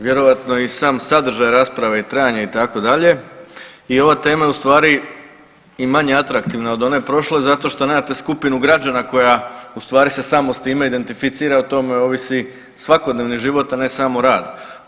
Vjerojatno i sam sadržaj rasprave i trajanje itd. i ova tema je ustvari i manje atraktivna od one prošle zato što nemate skupinu građana koja ustvari se samo s time identificira, o tome ovisi svakodnevni život, a ne samo rad.